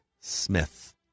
Smith